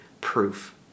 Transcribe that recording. proof